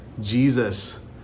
Jesus